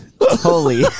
holy